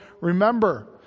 Remember